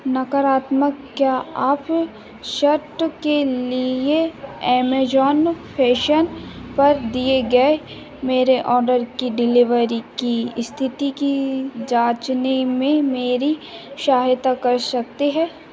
नकारात्मक क्या आप शर्ट के लिए एमेज़ॉन फैशन पर दिए गए मेरे ऑर्डर की डिलीवरी की स्थिति की जाँचने में मेरी सहायता कर सकते हैं